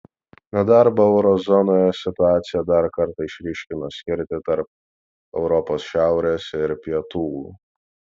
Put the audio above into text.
nedarbo euro zonoje situacija dar kartą išryškina skirtį tarp europos šiaurės ir pietų